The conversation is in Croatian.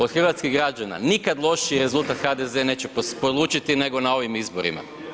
Od hrvatskih građana nikad lošiji rezultat HDZ neće polučiti nego na ovim izborila.